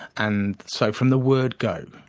and so from the word go,